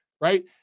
right